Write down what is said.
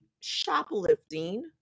shoplifting